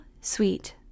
sweet